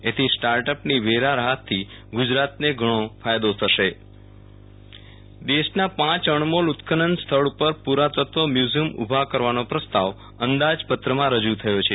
એથી સ્ટાર્ટઅપની વેરા રાહતથી ગુજરાતને ઘણો ફાયદો થશે વિરલ રાણા ધોળાવિરા આઈકોનિક સાઈટ દેશના પાંચ અણમોલ ઉત્તખન્ન સ્થળ ઉપર પુ રાતત્વ મ્યુઝીયમ ઉભા કરવાનો પ્રસ્તાવ અંદાજપત્રમાં રજુ થયો છે